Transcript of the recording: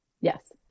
Yes